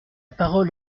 parole